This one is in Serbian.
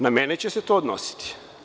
Na mene će se to odnositi.